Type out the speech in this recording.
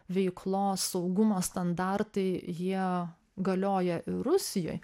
veiklos saugumo standartai jie galioja ir rusijoj